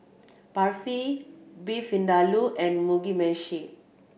Barfi Beef Vindaloo and Mugi Meshi